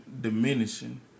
diminishing